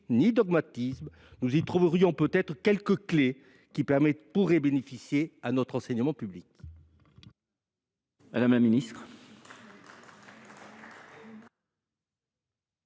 ni dogmatisme, nous y trouverions peut être quelques clés qui pourraient profiter à notre enseignement public.